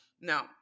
Now